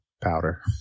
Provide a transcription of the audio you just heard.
powder